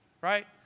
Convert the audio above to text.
right